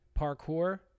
parkour